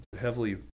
heavily